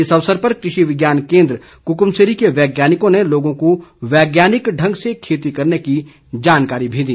इस अवसर पर कृषि विज्ञान केन्द्र कुकुमसेरी के वैज्ञानिकों ने लोगों को वैज्ञानिक ढंग से खेती करने की जानकारी भी दी